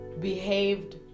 behaved